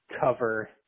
cover